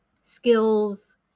skills